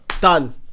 Done